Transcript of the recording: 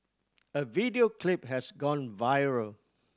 a video clip has gone viral